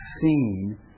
seen